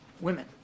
women